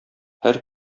һәр